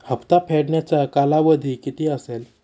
हप्ता फेडण्याचा कालावधी किती असेल?